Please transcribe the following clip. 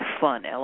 fun